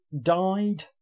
died